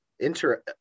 Inter